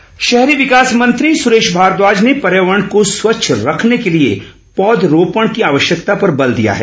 भारद्वाज शहरी विकास मंत्री सुरेश भारद्वाज ने पर्यावरण को स्वच्छ रखने के लिए पौधरोपण की आवश्यकता पर बल दिया है